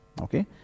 Okay